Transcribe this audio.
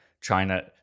China